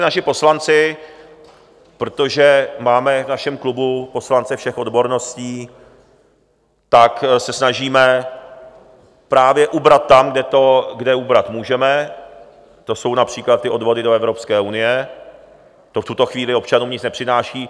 Naši poslanci, protože máme v našem klubu poslance všech odborností, tak se snažíme právě ubrat tam, kde ubrat můžeme, to jsou například odvody do Evropské unie, to v tuto chvíli občanům nic nepřináší.